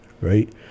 right